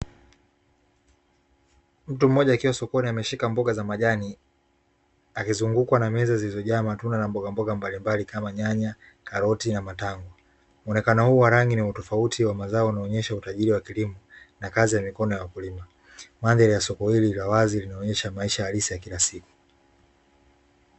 Mtu mmoja akiwa sokoni ameshika mboga za majani akizungukwa na meza zilizojaa matunda na mbogamboga mbalimbali kama: nyanya, karoti na matango. Muonekano huu wa rangi na utofauti wa mazao unaonyesha utajiri wa kilimo na kazi ya mikono ya wakulima. Mandhari ya soko hili la wazi linaonyesha maisha halisi ya kila siku.